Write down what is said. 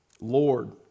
Lord